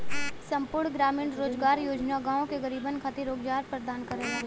संपूर्ण ग्रामीण रोजगार योजना गांव के गरीबन खातिर रोजगार प्रदान करला